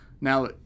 Now